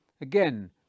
again